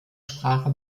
sprache